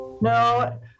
No